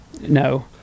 No